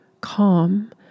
calm